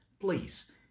please